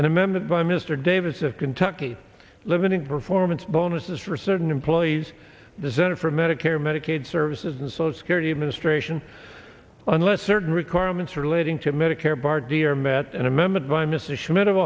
and a member by mr davis of kentucky living performance bonuses for certain employees the center for medicare medicaid services and so security administration unless certain requirements relating to medicare part d are met an amendment by mr schmidt of